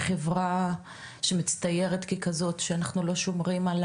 להיות חברה שמצטיירת ככזאת שאנחנו לא שומרים על